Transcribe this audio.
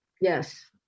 yes